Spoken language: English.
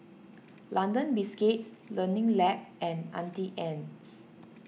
London Biscuits Learning Lab and Auntie Anne's